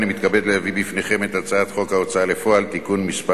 אני מתכבד להביא בפניכם את הצעת חוק ההוצאה לפועל (תיקון מס'